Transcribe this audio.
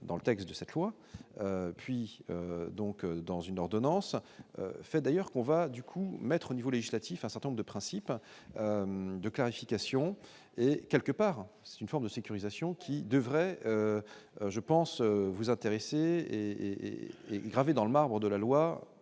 dans le texte de cette loi et puis donc, dans une ordonnance, fait d'ailleurs qu'on va du coup mettre au niveau législatif, un certain nombre de principes de clarification et quelque part une forme de sécurisation qui devrait je pense vous intéresser et et et gravé dans le marbre de la loi,